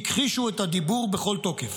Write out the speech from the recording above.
הכחישו את הדיבור בכל תוקף.